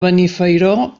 benifairó